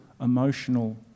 emotional